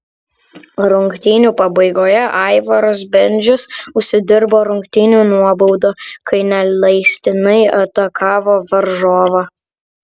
rungtynių pabaigoje aivaras bendžius užsidirbo rungtynių nuobaudą kai neleistinai atakavo varžovą